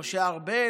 משה ארבל,